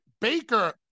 Baker